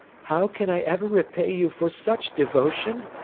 how can i ever repay you for such devotion?